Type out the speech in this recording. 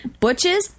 Butches